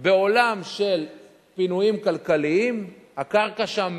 בעולם של פינויים כלכליים, הקרקע שם